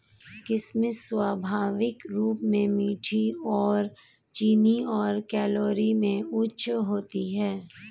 किशमिश स्वाभाविक रूप से मीठी और चीनी और कैलोरी में उच्च होती है